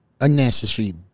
Unnecessary